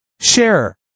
share